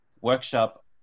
workshop